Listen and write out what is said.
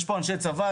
יש פה אנשי צבא?